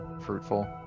fruitful